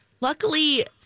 luckily